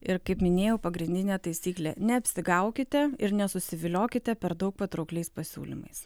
ir kaip minėjau pagrindinė taisyklė neapsigaukite ir nesusiviliokite per daug patraukliais pasiūlymais